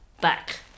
back